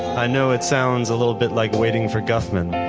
i know it sounds a little bit like waiting for guffman,